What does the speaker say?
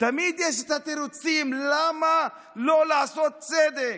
תמיד יש את התירוצים למה לא לעשות צדק,